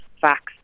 facts